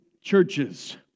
churches